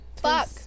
Fuck